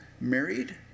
married